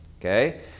okay